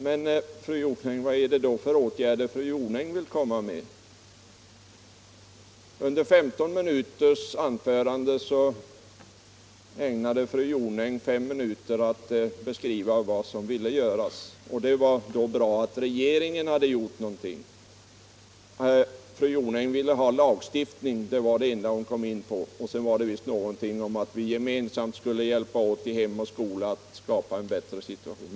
Men vad är det då för åtgärder fru Jonäng vill förorda? Under ett 15 minuters anförande ägnade fru Jonäng fem minuter åt att beskriva vad som behöver göras, och det var då bra att regeringen hade gjort någonting. Kvinnor i statlig Fru Jonäng ville ha lagstiftning, det var det enda hon kom in på. Och så var det visst något om att vi gemensamt skulle hjälpas åt i hem och skola att skapa en bättre situation.